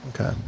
Okay